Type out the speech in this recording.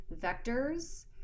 vectors